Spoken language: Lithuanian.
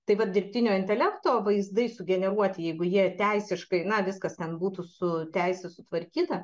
taip vat dirbtinio intelekto vaizdai sugeneruoti jeigu jie teisiškai na viskas ten būtų su teise sutvarkyta